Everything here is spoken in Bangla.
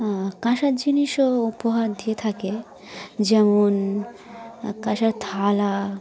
কাঁসার জিনিসও উপহার দিয়ে থাকে যেমন কাঁসার থালা